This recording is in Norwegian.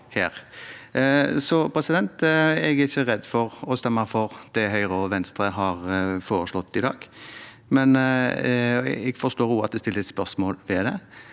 Jeg er ikke redd for å stemme for det Høyre og Venstre har foreslått i dag, men jeg forstår også at det stilles spørsmål